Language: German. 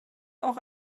auch